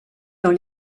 dans